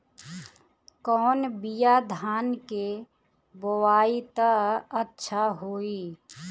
कौन बिया धान के बोआई त अच्छा होई?